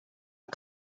not